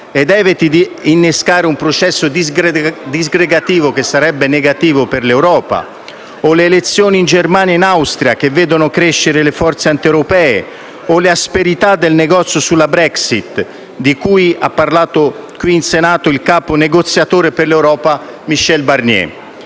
evitando di innescare un processo disgregativo che sarebbe negativo per l'Europa), le elezioni in Germania e in Austria, che vedono crescere le forze antieuropee e le asperità del negoziato sulla Brexit, di cui ha parlato in Senato il capo negoziatore per l'Europa Michel Barnier.